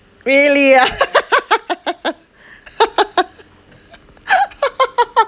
really ah